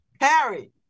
Harry